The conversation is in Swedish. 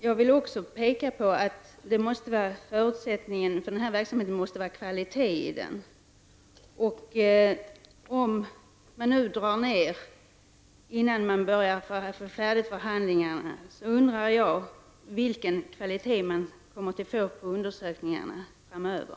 Jag vill också visa på att det är en förutsättning för den här verksamheten att det är kvalitet i den. Om man nu drar ned innan förhandlingarna är färdiga, undrar jag vilken kvalitet man kommer att få på undersökningarna framöver.